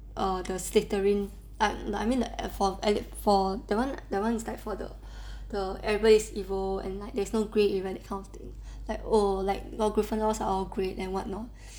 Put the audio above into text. the slytherin ah but I mean like for every~ for that one that one is like for the everybody's evil and there's no grey area that kind of thing like oh like oh gryffindors are all great and what not